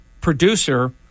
Producer